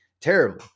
Terrible